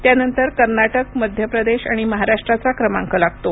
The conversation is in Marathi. त्यानंतर कर्नाटक मध्यप्रदेश आणि महाराष्ट्राचा क्रमांक लागतो